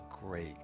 great